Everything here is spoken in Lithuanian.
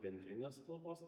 bendrinės kalbos